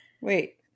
Wait